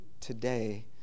Today